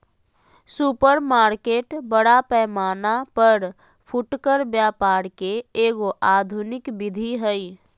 supermarket बड़ा पैमाना पर फुटकर व्यापार के एगो आधुनिक विधि हइ